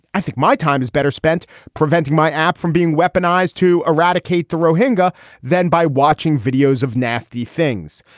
i think my time is better spent preventing my app from being weaponized to eradicate the rohingya then by watching videos of nasty things.